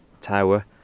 tower